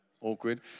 awkward